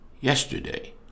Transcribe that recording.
yesterday